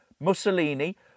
Mussolini